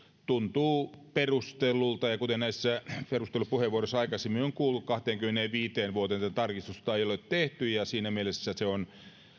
tuntuvat perustelluilta kuten näissä perustelupuheenvuoroissa aikaisemmin on kuultu kahteenkymmeneenviiteen vuoteen tätä tarkistusta ei ole tehty ja siinä mielessä se on